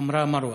שאמרה מרווה: